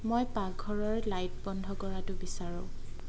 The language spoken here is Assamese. মই পাকঘৰৰ লাইট বন্ধ কৰাটো বিচাৰোঁ